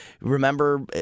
remember